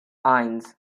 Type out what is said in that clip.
eins